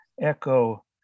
echo